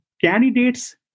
candidates